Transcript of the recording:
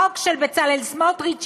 חוק של בצלאל סמוטריץ,